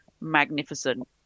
magnificent